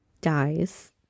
dies